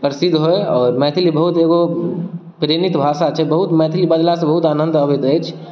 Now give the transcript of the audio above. प्रसिद्ध होय आओर मैथिली बहुत एगो प्रेमित भाषा छै बहुत मैथिली बजलासँ बहुत आनंद अबैत अछि